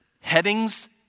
headings